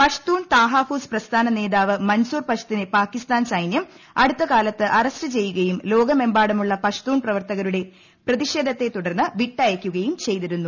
പശ്ത്തൂൺ താഹാഫൂസ് പ്രസ്ഥാന നേതാവ് മൂൻസൂർ പശ്ത്തിനെ പാകിസ്ഥാൻ സൈന്യം അടുത്തകാലത്ത് ആസ്റ്റ്യൂ ചെയ്യുകയും ലോകമെമ്പാടുമുള്ള പശ്ത്തൂൺ പ്രവർത്ത്കരുടെ പ്രതിഷേധത്തെ തുടർന്ന് വിട്ടയയ്ക്കുകയും ചെയ്തിരുന്നു